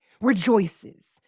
rejoices